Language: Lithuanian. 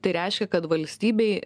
tai reiškia kad valstybei